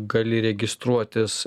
gali registruotis